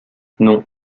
non